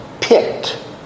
picked